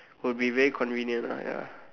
will be very convenient ah ya